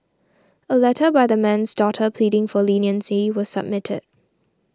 a letter by the man's daughter pleading for leniency was submitted